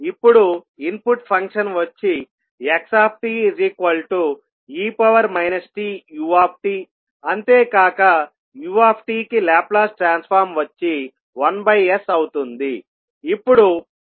ఇప్పుడుఇన్పుట్ function వచ్చి xe tuఅంతేకాక ut కి లాప్లాస్ ట్రాన్స్ఫార్మ్ వచ్చి 1s అవుతుంది